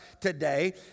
today